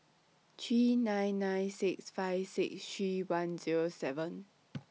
three nine nine six five six three one Zero seven